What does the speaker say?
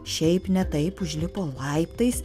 šiaip ne taip užlipo laiptais